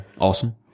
awesome